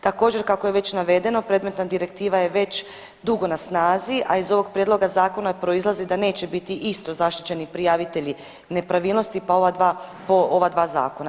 Također, kako je već navedeno predmetna direktiva je već dugo na snazi, a iz ovog prijedloga zakona proizlazi da neće biti isto zaštićeni prijavitelji nepravilnosti ova dva zakona.